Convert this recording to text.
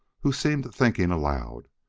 who seemed thinking aloud.